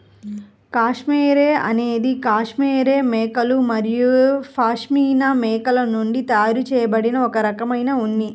cashmere అనేది cashmere మేకలు మరియు పష్మినా మేకల నుండి తయారు చేయబడిన ఒక రకమైన ఉన్ని